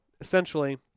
essentially